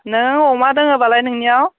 नों अमा दङबालाय नोंनियाव